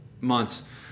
months